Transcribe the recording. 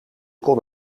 kon